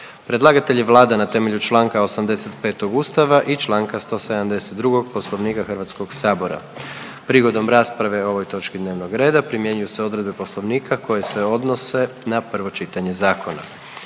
Predlagatelj je Vlada na temelju čl. 85. Ustava i čl. 172. Poslovnika HS-a. Prigodom rasprave o ovoj točki dnevnog reda primjenjuju se odredbe Poslovnika koje se odnose na prvo čitanje zakona.